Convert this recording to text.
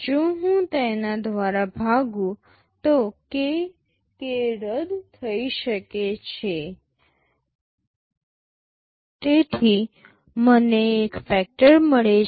જો હું તેના દ્વારા ભાગું તો k k રદ થઈ શકે છે તેથી મને એક ફેક્ટર મળે છે